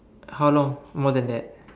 how long more than that